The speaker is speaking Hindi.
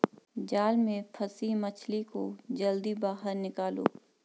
जाल में फसी मछली को जल्दी बाहर निकालो